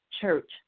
church